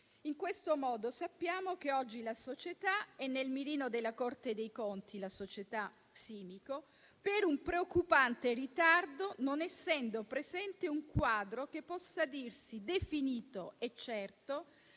In questo modo sappiamo che oggi la società Simico è nel mirino della Corte dei conti per un preoccupante ritardo, non essendo presente un quadro che possa dirsi definito e certo